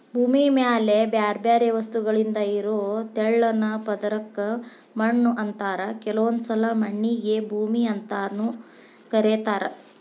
ಭೂಮಿ ಮ್ಯಾಲೆ ಬ್ಯಾರ್ಬ್ಯಾರೇ ವಸ್ತುಗಳಿಂದ ಇರೋ ತೆಳ್ಳನ ಪದರಕ್ಕ ಮಣ್ಣು ಅಂತಾರ ಕೆಲವೊಂದ್ಸಲ ಮಣ್ಣಿಗೆ ಭೂಮಿ ಅಂತಾನೂ ಕರೇತಾರ